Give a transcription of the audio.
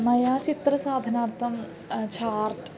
मया चित्रसाधनार्थं छार्ट्